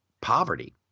poverty